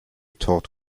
taught